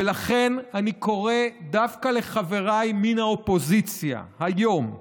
ולכן אני קורא דווקא לחבריי מן האופוזיציה היום,